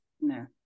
No